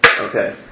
Okay